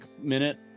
minute